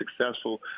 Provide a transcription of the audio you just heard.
successful